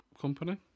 company